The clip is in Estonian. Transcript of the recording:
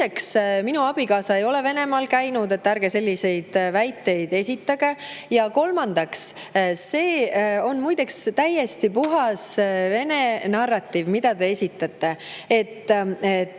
minu abikaasa ei ole Venemaal käinud, ärge selliseid väiteid esitage. Ja kolmandaks, see on muide täiesti puhas Vene narratiiv, mida te esitate: